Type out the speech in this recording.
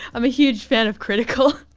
i'm a huge fan of kritikal.